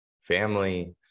family